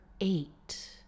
eight